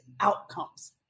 outcomes